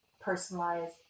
personalized